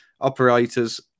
operators